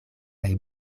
kaj